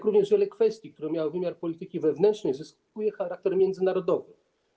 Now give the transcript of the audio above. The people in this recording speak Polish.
Podobnie wiele kwestii, które miały wymiar polityki wewnętrznej, zyskało charakter międzynarodowy.